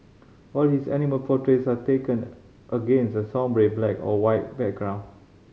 all his animal portraits are taken against a sombre black or white background